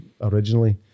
originally